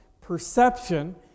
perception